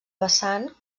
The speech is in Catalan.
vessant